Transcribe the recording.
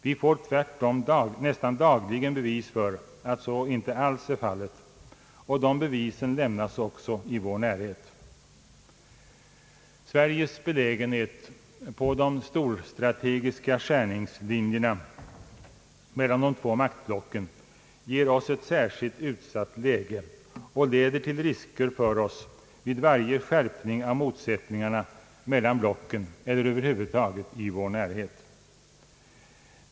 Vi får tvärtom nästan dagligen bevis för att så inte alls är fallet, och de bevisen lämnas också i vår närhet. Sveriges belägenhet på de storstrategiska skärningslinjerna mellan de två maktblocken ger oss ett särskilt utsatt läge och leder till risker för oss vid varje skärpning av motsättningarna mellan blocken eller över huvud taget i vår närhet.